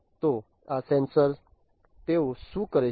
તો આ સેન્સર તેઓ શું કરે છે